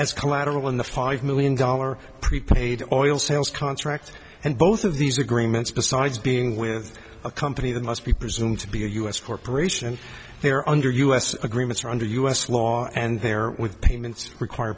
as collateral in the five million dollar prepaid oil sales contract and both of these agreements besides being with a company that must be presumed to be a u s corporation they are under u s agreements or under u s law and they're with payments require